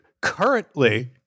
Currently